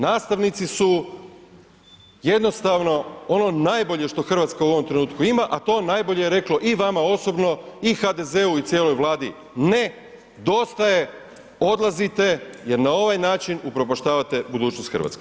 Nastavnici su jednostavno ono najbolje što Hrvatska u ovom trenutku ima a to najbolje je reklo i vama osobno i HDZ-u i cijeloj Vladi ne, dosta je, odlazite jer na ovaj način upropaštavate budućnost Hrvatske.